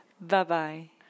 Bye-bye